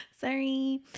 Sorry